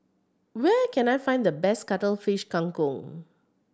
where can I find the best Cuttlefish Kang Kong